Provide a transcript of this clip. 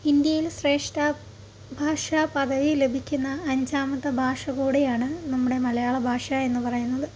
ഇന്ത്യയിൽ സ്രേഷ്ഠ ഭാഷാ പദവി ലഭിക്കുന്ന അഞ്ചാമത്തെ ഭാഷ കൂടിയാണ് നമ്മുടെ മലയാള ഭാഷ എന്ന് പറയുന്നത്